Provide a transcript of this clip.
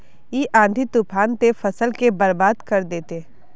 इ आँधी तूफान ते फसल के बर्बाद कर देते?